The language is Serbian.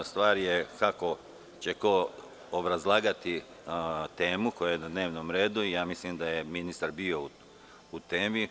Stvar je kako će ko obrazlagati temu koja je na dnevnom redu i mislim da je ministar bio u temi.